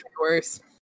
worse